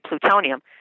plutonium